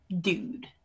dude